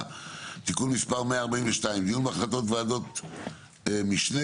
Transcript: (תיקון מס' 142) (דיון בהחלטות ועדות משנה),